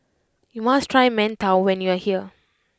you must try Mantou when you are here